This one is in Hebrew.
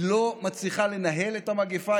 היא לא מצליחה לנהל את המגפה.